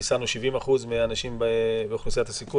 חיסנו 70% מהאנשים באוכלוסיית הסיכון